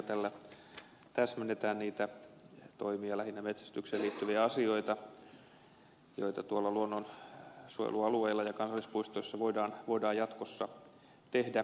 tällä täsmennetään niitä toimia lähinnä metsästykseen liittyviä asioita joita tuolla luonnonsuojelualueilla ja kansallispuistoissa voidaan jatkossa tehdä